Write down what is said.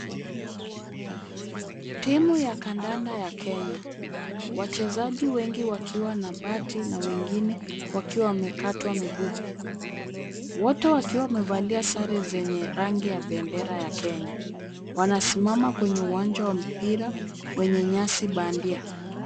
Timu ya kandanda ya Kenya, wachezaji wengi wakiwa na bati na wengine wakiwa wamekatwa miguu. Wote wakiwa wamevalia sare zenye rangi ya bendera ya Kenya. Wanasimama kwenye uwanja wa mpira wenye nyasi bandia.